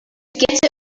get